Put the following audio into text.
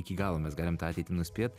iki galo mes galim tą ateitį nuspėt